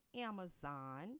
Amazon